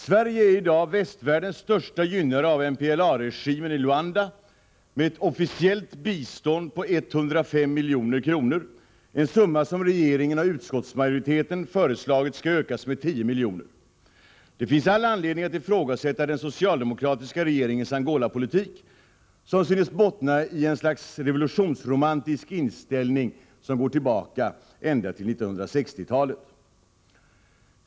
Sverige är i dag västvärldens största gynnare av MPLA-regimen i Luanda med ett officiellt bistånd på 105 milj.kr., en summa som regeringen och utskottsmajoriteten föreslagit skall ökas med 10 miljoner. Det finns all anledning att ifrågasätta den socialdemokratiska regeringens Angolapolitik, som synes bottna i ett slags revolutionsromantisk inställning som går tillbaka ända till 1960-talet.